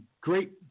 great